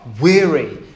weary